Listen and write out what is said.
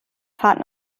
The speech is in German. fahrt